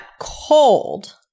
cold